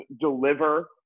deliver